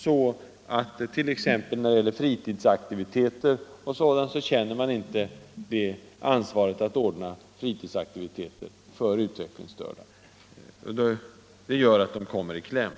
Man känner t.ex. inte ansvar för att ordna fritidsaktiviteter och liknande verksamheter för utvecklingsstörda, och det gör att dessa kommer i kläm.